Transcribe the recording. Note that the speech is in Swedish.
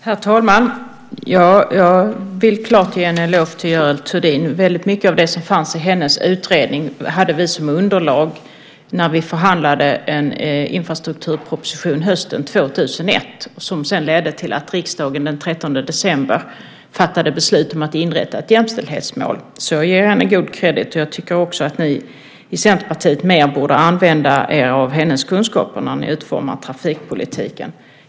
Herr talman! Jag vill ge en eloge till Görel Thurdin. Väldigt mycket av det som fanns i hennes utredning hade vi som underlag när vi förhandlade om en infrastrukturproposition hösten 2001 som sedan ledde till att riksdagen den 13 december fattade beslut om att inrätta ett jämställdhetsmål. Jag ger henne god credit . Jag tycker också att ni i Centerpartiet borde använda er mer av hennes kunskaper när ni utformar trafikpolitiken.